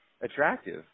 attractive